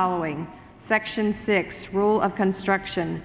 following section six rule of construction